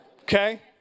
Okay